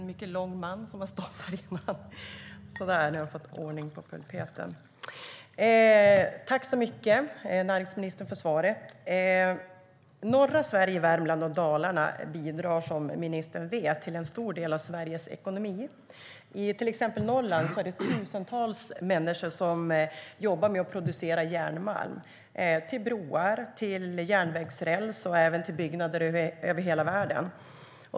Herr talman! Tack, näringsministern, för svaret! Norra Sverige, Värmland och Dalarna bidrar som ministern vet till en stor del av Sveriges ekonomi. I till exempel Norrland är det tusentals människor som jobbar med att producera järnmalm till broar och järnvägsräls och även till byggnader över hela världen.